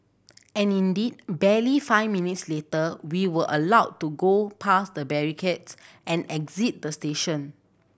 and indeed barely five minutes later we were allowed to go past the barricades and exit the station